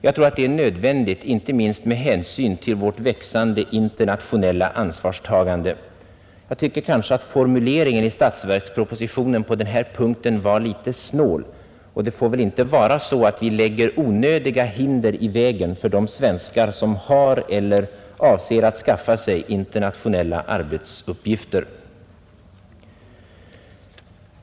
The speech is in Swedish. Jag tror att detta är nödvändigt, inte minst med hänsyn till vårt växande internationella ansvarstagande. Jag tycker att formuleringen i statsverkspropositionen på denna punkt är något snål. Det får inte vara så att vi lägger onödiga hinder i vägen för de svenskar som har eller avser att skaffa sig internationella arbetsuppgifter.